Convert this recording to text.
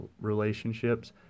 relationships